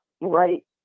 Right